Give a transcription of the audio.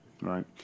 Right